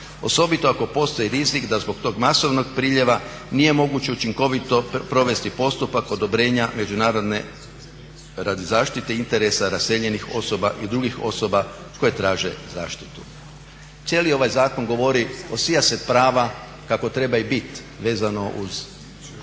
osobito ako postoji rizik da zbog tog masovnog prilijeva nije moguće učinkovito provesti postupak odobrenja međunarodne, radi zaštite interesa raseljenih osoba i drugih osoba koje traže zaštitu. Cijeli ovaj zakon govori o …/Govornik se ne razumije./… prava kako treba i bit vezano uz